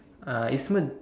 uh Isman